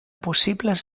possibles